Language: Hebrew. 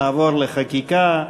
נעבור לחקיקה.